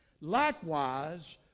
Likewise